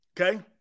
Okay